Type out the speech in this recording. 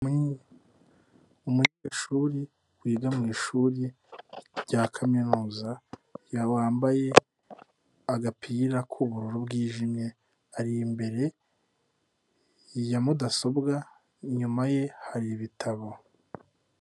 Umunyeshuri wiga mu ishuri rya kaminuza wambaye agapira k'ubururu bwijimye ari imbere ya mudasobwa inyuma ye hari ibitabo.